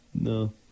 No